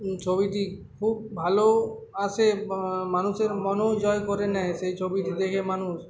ছবিটি খুব ভালো আসে মানুষের মনও জয় করে নেয় সেই ছবিটি দেখে মানুষ